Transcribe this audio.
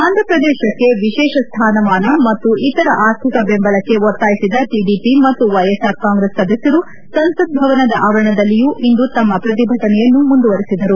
ಆಂಥ್ರ ಪ್ರದೇಶಕ್ಕೆ ವಿಶೇಷ ಸ್ಥಾನಮಾನ ಮತ್ತು ಇತರ ಆರ್ಥಿಕ ದೆಂಬಲಕ್ಕೆ ಒತ್ತಾಯಿಸಿದ ಟಡಿಪಿ ಮತ್ತು ವ್ಯೆಎಸ್ಆರ್ ಕಾಂಗ್ರೆಸ್ ಸದಸ್ಯರು ಸಂಸತ್ ಭವನದ ಆವರಣದಲ್ಲಿಯೂ ಇಂದು ತಮ್ಮ ಪ್ರತಿಭಟನೆಯನ್ನು ಮುಂದುವರೆಸಿದರು